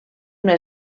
una